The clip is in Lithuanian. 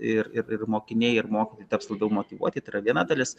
ir ir mokiniai ir mokyti taps labiau motyvuoti tai yra viena dalis